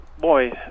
boy